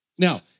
Now